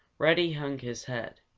reddy hung his head.